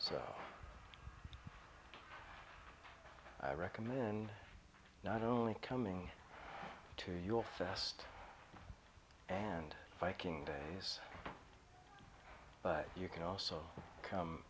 so i recommend not only coming to your fest and biking days but you can also come